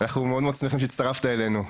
אנחנו שמחים מאוד שהצטרפת אלינו.